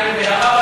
והאבא,